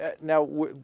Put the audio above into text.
Now